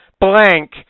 blank